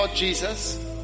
Jesus